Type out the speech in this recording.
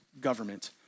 government